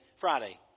Friday